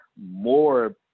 more